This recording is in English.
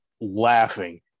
laughing